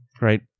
right